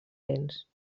lents